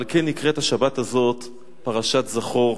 על כן נקראת בשבת הזאת פרשת זכור.